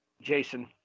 Jason